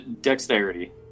dexterity